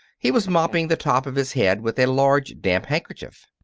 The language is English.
he was mopping the top of his head with a large, damp handkerchief.